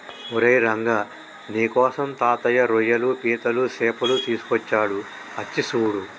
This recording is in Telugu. ఓరై రంగ నీకోసం తాతయ్య రోయ్యలు పీతలు సేపలు తీసుకొచ్చాడు అచ్చి సూడు